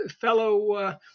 fellow